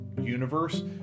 universe